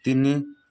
ତିନି